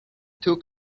took